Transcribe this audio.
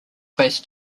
based